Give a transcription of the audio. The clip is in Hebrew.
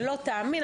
לא תאמין,